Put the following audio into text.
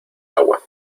agua